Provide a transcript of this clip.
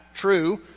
true